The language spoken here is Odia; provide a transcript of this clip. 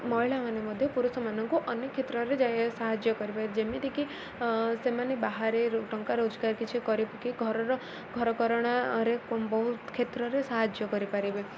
ମହିଳାମାନେ ମଧ୍ୟ ପୁରୁଷମାନଙ୍କୁ ଅନେକ କ୍ଷେତ୍ରରେ ସାହାଯ୍ୟ କରିବେ ଯେମିତିକି ସେମାନେ ବାହାରେ ଟଙ୍କା ରୋଜଗାର କିଛି କରିକିି ଘରର ଘରକରଣାରେ ବହୁତ କ୍ଷେତ୍ରରେ ସାହାଯ୍ୟ କରିପାରିବେ